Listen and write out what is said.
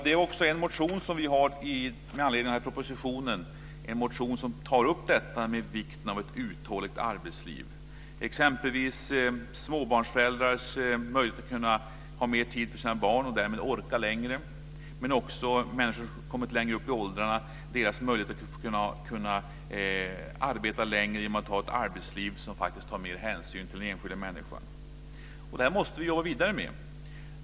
Vi har väckt en motion med anledning av denna proposition där vi tar upp frågan om vikten av ett uthålligt arbetsliv. Ett exempel är småbarnsföräldrars möjlighet att ha mer tid för sina barn och därmed orka längre. Ett annat exempel gäller människor som har kommit längre upp i åldrarna och deras möjligheter att arbeta längre om man har ett arbetsliv som faktiskt tar mer hänsyn till den enskilda människan. Detta måste vi jobba vidare med.